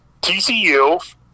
TCU